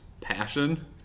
passion